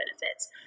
benefits